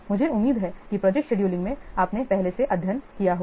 मुझे उम्मीद है कि प्रोजेक्ट शेड्यूलिंग में आपने पहले से अध्ययन किया होगा